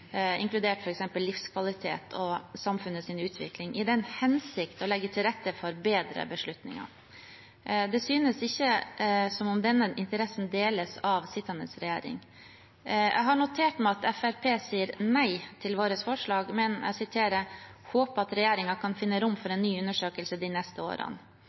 inkludert f.eks. livskvalitet og samfunnets utvikling, i den hensikt å legge til rette for bedre beslutninger. Det synes ikke som om denne interessen deles av sittende regjering. Jeg har notert meg at Fremskrittspartiet sier nei til våre forslag, men også at de håper regjeringen «kan finne rom for en ny undersøkelse de neste årene».